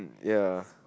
ya